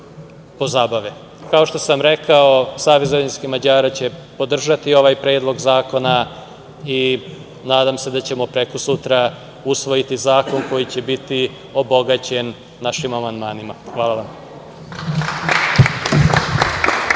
pozabave. Kao što sam rekao, Savez vojvođanskih Mađara će podržati ovaj Predlog zakona i nadam se da ćemo prekosutra usvojiti zakon koji će biti obogaćen našim amandmanima. Hvala vam.